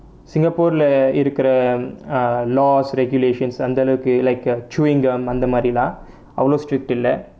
singapore லை இருக்குற:lai irukkura err laws regulations அந்த அளவுக்கு:antha alavukku like uh chewing gum அந்த மாதிரிலாம் அவ்வளவு:antha maathirilaam avvalavu strict இல்லை:illai